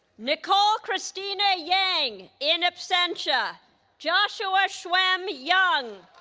nicole christina yang in absentia joshua schwemm young